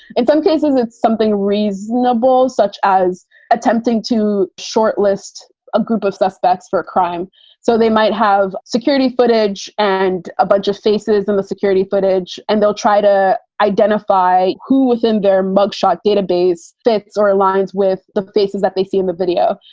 in some cases, it's something reasonable, such as attempting to shortlist a group of suspects for a crime so they might have security footage and a bunch of faces and the security footage and they'll try to identify who was in their mug shot database fits or aligns with the faces that they see in the video.